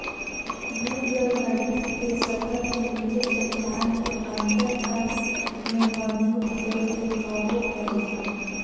भूजल धरती के सतह के नीचे चट्टान के अंतरकाश में मौजूद जल के कहो हइ